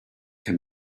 can